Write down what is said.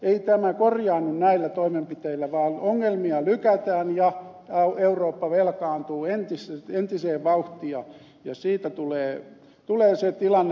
ei tämä korjaannu näillä toimenpiteillä vaan ongelmia lykätään ja eurooppa velkaantuu entistä vauhtia ja siitä tulee se tilanne mistä ed